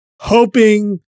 hoping